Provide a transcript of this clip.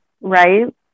Right